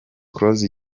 close